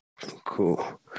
Cool